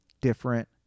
different